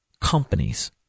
companies